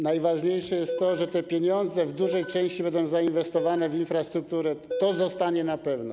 Najważniejsze jest to, że te pieniądze w dużej części będą zainwestowane w infrastrukturę, to zostanie na pewno.